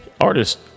Artist